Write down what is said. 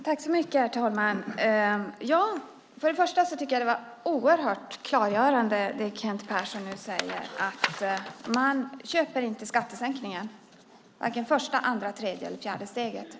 Herr talman! Först och främst tycker jag att det Kent Persson nu säger var oerhört klargörande. Man köper inte skattesänkningen, varken första, andra, tredje eller fjärde steget.